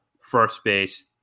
first-base